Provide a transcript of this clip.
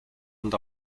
und